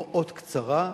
מאוד קצרה,